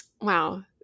Wow